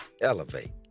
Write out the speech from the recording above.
elevate